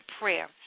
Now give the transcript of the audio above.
prayer